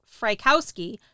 Frykowski